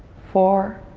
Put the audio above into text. four.